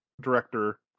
Director